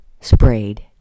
sprayed